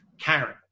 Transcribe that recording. Karen